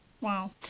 Wow